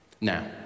now